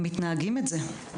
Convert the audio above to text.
הם מתנהגים את זה.